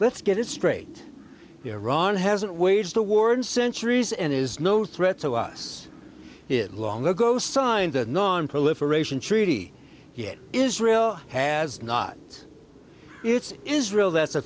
let's get it straight iran hasn't waged a war in centuries and is no threat to us it long ago signed the nonproliferation treaty yet israel has not it's israel that's a